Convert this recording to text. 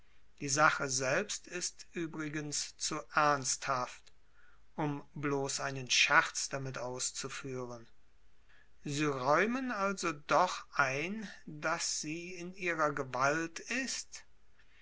die sache selbst ist übrigens zu ernsthaft um bloß einen scherz damit auszuführen sie räumen also doch ein daß sie in ihrer gewalt ist